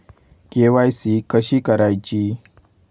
KYC कशी करायची?